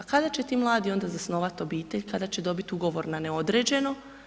A kada će ti mladi onda zasnovat obitelj, kada će dobiti ugovor na određeno?